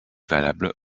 valable